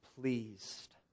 pleased